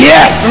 Yes